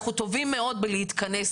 אנחנו טובים מאוד בלהתכנס